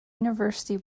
university